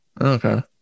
Okay